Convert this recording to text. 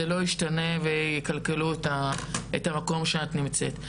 לא ישתנה ויקלקלו אותך ואת המקום שאת נמצאת.